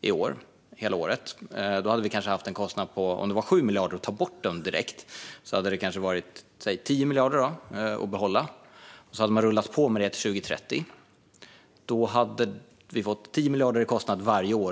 hela året i år. Om det kostade 7 miljarder att ta bort dem direkt skulle det ha kostat säg 10 miljarder att behålla dem. Hade det rullat på till 2030 hade vi fått 10 miljarder i kostnad varje år.